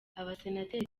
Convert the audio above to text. abasenateri